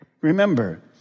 Remember